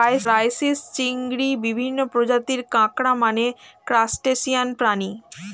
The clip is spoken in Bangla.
ক্রাইসিস, চিংড়ি, বিভিন্ন প্রজাতির কাঁকড়া মানে ক্রাসটেসিয়ান প্রাণী